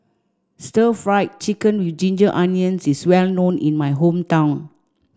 stir fried chicken with ginger onions is well known in my hometown